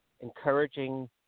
encouraging